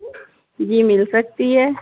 جی مل سکتی ہے